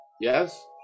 yes